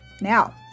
Now